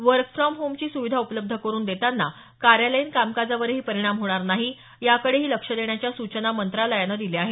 work from होमची सुविधा उपलब्ध करून देतांना कार्यालयीन कामकाजावरही परिणाम होणार नाही याकडेही लक्ष देण्याच्या सूचना मंत्रालयानं दिल्या आहेत